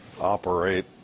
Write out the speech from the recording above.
operate